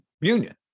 union